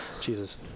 Jesus